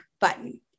button